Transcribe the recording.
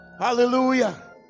Hallelujah